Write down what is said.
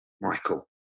Michael